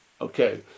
Okay